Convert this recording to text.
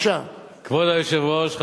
כבוד היושב-ראש,